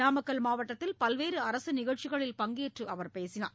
நாமக்கல் மாவட்டத்தில் பல்வேறு அரசு நிகழ்ச்சிகளில் பங்கேற்று அவர் பேசினார்